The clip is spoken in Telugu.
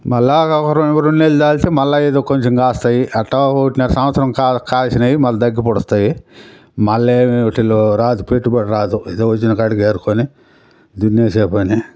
మళ్ళీ అవి ఒక రెం ఒక రెండు నెలలు దాటితే మళ్ళీ ఏదో కొంచెం కాస్తాయి అట్టా ఒకటిన్నర సంవత్సరం కా కాసినాయి మళ్ళీ తగ్గి పూడస్తాయి మళ్ళీ వీటిల్లో రాదు ఇది పెట్టుబడి రాదు ఏదో వచ్చిన కాడికి ఏరుకుని దున్నేసే పనే